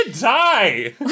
die